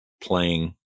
playing